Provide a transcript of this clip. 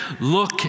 look